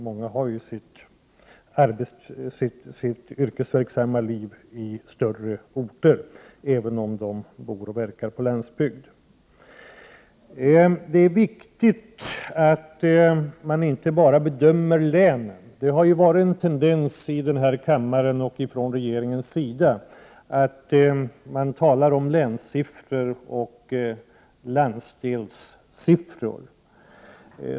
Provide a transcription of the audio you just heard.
Många har ju sitt yrkesverksamma liv i större orter, även om de bor på landsbygden. Det är viktigt att man inte bara bedömer län. Det har ju varit en tendens i denna kammare och från regeringens sida att man talar om länssiffror och landsdelssiffror.